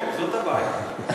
זאת הבעיה.